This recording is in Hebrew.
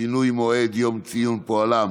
(שינוי מועד יום ציון פועלם